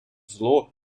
зло